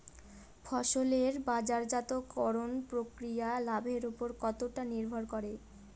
ফসলের বাজারজাত করণ প্রক্রিয়া লাভের উপর কতটা নির্ভর করে?